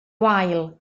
wael